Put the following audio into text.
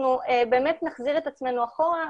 אנחנו באמת נחזיר את עצמנו אחורה.